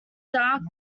dark